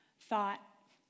thought